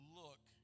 look